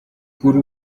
kuri